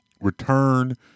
return